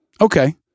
Okay